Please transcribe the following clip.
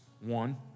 One